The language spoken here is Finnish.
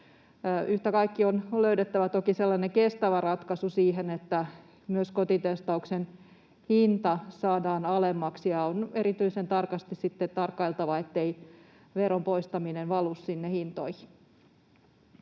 Yhtä kaikki on toki löydettävä kestävä ratkaisu siihen, että myös kotitestauksen hinta saadaan alemmaksi, ja on erityisen tarkasti sitten tarkkailtava, ettei veron poistaminen valu sinne hintoihin.